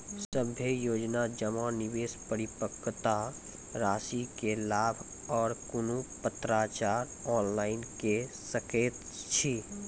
सभे योजना जमा, निवेश, परिपक्वता रासि के लाभ आर कुनू पत्राचार ऑनलाइन के सकैत छी?